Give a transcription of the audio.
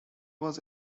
was